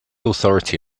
authority